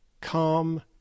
calm